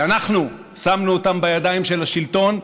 שאנחנו שמנו אותם בידיים של השלטון,